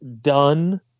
done